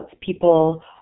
people